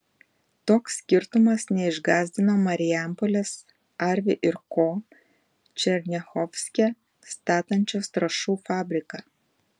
toks skirtumas neišgąsdino marijampolės arvi ir ko černiachovske statančios trąšų fabriką